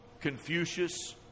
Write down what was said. Confucius